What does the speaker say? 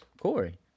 Corey